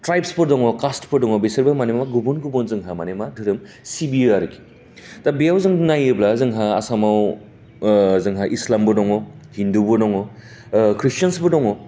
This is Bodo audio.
ट्राइपसफोर दं कास्टफोरबो दं बेसोरबो मानोना गुबुन गुबुन जोंहा माने मा धोरोम सिबियो आरोखि दा बेयाव जोङो नायोब्ला जोंहा आसामाव जोंहा इस्लामबो दं हिन्दुबो दं ख्रिस्टानबो दं